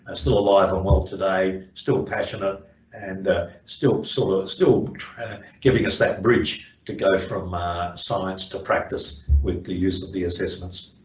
ah still alive and well today still passionate and still sort of still giving us that bridge to go from science to practice with the use of the assessments.